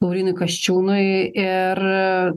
laurynui kasčiūnui ir